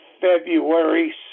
February